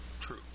True